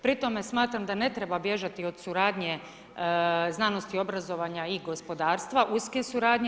Pri tome smatram da ne treba bježati od suradnje znanosti, obrazovanja i gospodarstva, uske suradnje.